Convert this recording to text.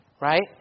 Right